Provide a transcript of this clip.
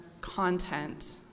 content